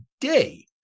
day